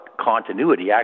continuity